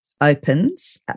opens